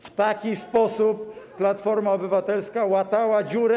W taki sposób Platforma Obywatelska łatała dziurę.